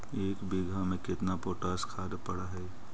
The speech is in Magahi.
एक बिघा में केतना पोटास खाद पड़ है?